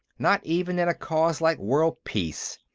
not even in a cause like world peace